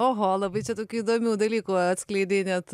oho labai čia daug įdomių dalykų atskleidei net